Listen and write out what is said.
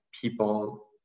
people